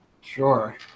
Sure